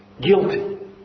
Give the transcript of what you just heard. guilty